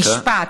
משפט: